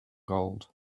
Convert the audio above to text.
gold